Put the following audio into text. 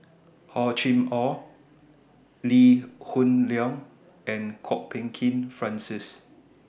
Hor Chim Or Lee Hoon Leong and Kwok Peng Kin Francis